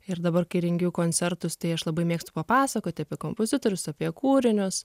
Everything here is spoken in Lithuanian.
ir dabar kai rengiu koncertus tai aš labai mėgstu papasakoti apie kompozitorius apie kūrinius